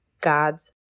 God's